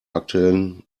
aktuellen